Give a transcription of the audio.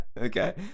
Okay